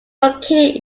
located